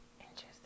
interesting